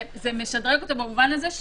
זה משדרג אותו במובן הזה,